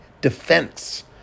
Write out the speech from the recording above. defense